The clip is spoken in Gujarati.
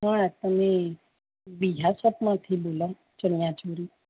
હા તમે બિઝા સપનાથી બોલો ચણિયા ચોરી